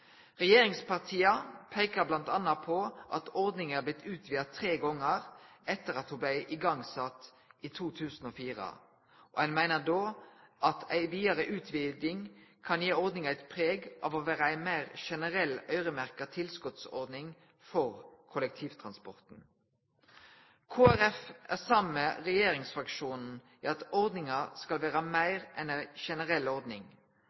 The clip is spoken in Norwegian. Regjeringspartia peiker bl.a. på at ordninga er blitt utvida tre gonger etter at ho blei sett i gang i 2004, og ein meiner at ei vidare utviding kan gi ordninga eit preg av å vere ei meir generell øyremerkt tilskotsordning for kollektivtransporten. Kristeleg Folkeparti er samd med regjeringsfraksjonen i at ordninga skal vere meir enn ei generell ordning,